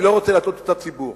אני לא רוצה להטעות את הציבור,